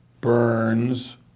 Burns